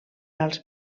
als